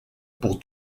pour